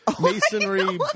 masonry